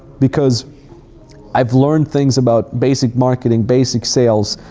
because i've learned things about basic marketing, basic sales,